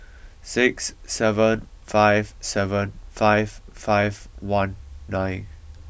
six seven five seven five five one nine